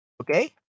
okay